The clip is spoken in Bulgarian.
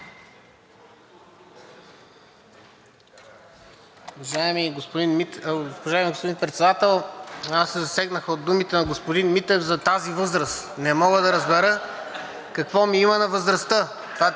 Уважаеми господин Председател, аз се засегнах от думите на господин Митев за тази възраст. (Оживление.) Не мога да разбера какво ми има на възрастта?